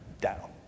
down